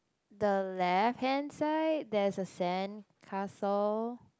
the left hand side there is a sandcastle